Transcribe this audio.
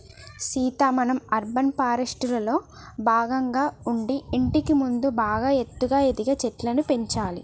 సీత మనం అర్బన్ ఫారెస్ట్రీలో భాగంగా ఉండి ఇంటికి ముందు బాగా ఎత్తుగా ఎదిగే చెట్లను పెంచాలి